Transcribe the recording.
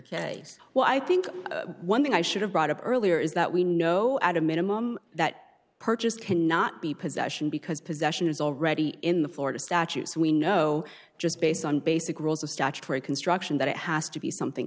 case well i think one thing i should have brought up earlier is that we know at a minimum that purchased cannot be possession because possession is already in the florida statutes we know just based on basic rules of statutory construction that it has to be something